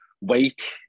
wait